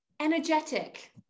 Energetic